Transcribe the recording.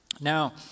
Now